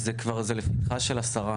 זה כבר לפתחה של השרה.